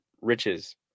riches